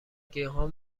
گیاهان